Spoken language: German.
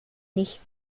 nicht